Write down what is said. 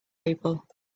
people